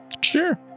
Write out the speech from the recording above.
Sure